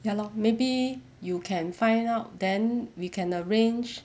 ya lor maybe you can find out then we can arrange